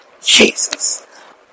Jesus